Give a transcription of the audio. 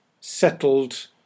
settled